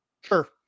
Sure